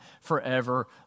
forever